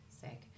sick